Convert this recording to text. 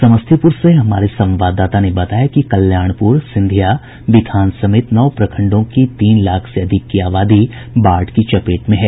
समस्तीपुर से हमारे संवाददाता ने बताया कि कल्याणपुर सिंधिया बिथान समेत नौ प्रखंडों की तीन लाख से अधिक की आबादी बाढ़ की चपेट में है